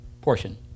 portion